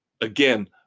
again